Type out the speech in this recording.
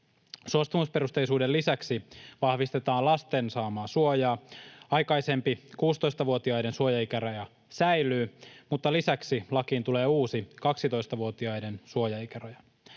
Suostumusperusteisuuden lisäksi vahvistetaan lasten saamaa suojaa: aikaisempi 16-vuotiaiden suojaikäraja säilyy, mutta lisäksi lakiin tulee uusi 12-vuotiaiden suojaikäraja.